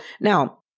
now